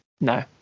No